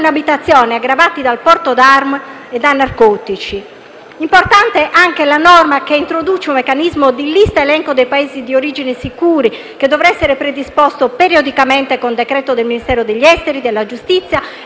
in abitazione aggravati dal porto d'armi o da narcotici. Importante anche la norma che introduce un meccanismo di lista-elenco dei Paesi di origine sicuri, che dovrà essere predisposto periodicamente con decreto dei Ministeri degli affari esteri